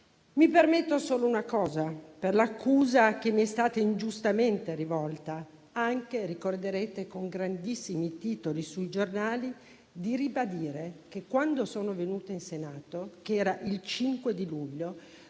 Mi permetto solo, per l'accusa che mi è stata ingiustamente rivolta, anche - lo ricorderete - con grandissimi titoli sui giornali, di ribadire che, quando sono venuta in Senato, il 5 luglio,